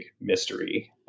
mystery